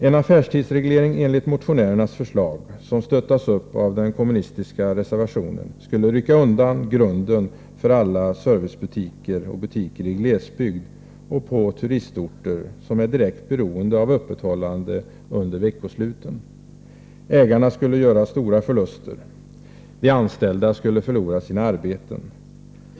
En affärstidsreglering enligt motionärernas förslag, vilket stöttas upp av den kommunistiska reservationen, skulle rycka undan grunden för alla servicebutiker samt de butiker i glesbygd och på turistorter som är direkt beroende av öppethållande under veckosluten. Ägarna skulle göra stora förluster. De anställda skulle förlora sina arbeten.